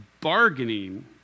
bargaining